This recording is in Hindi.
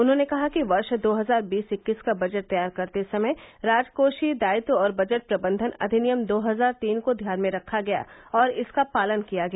उन्होंने कहा कि वर्ष दो हजार बीस इक्कीस का बजट तैयार करते समय राजकोषीय दायित्व और बजट प्रबंधन अधिनियम दो हजार तीन को ध्यान में रखा गया और इसका पालन किया गया